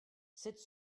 cette